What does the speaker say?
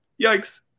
Yikes